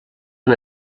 una